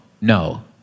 no